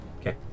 Okay